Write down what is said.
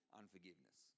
unforgiveness